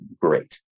great